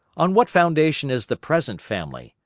on what foundation is the present family,